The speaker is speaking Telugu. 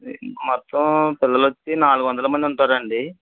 మొత్తం పిల్లలు వచ్చి నాలుగు వందల మంది ఉంటారండి